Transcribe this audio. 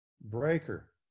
breaker